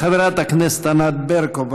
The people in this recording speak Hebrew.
חברת הכנסת ענת ברקו,